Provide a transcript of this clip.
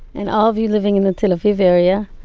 and all of you living in the tel aviv area,